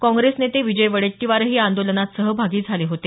काँग्रेस नेते विजय वडेट्टीवारही या आंदोलनात सहभागी झाले होते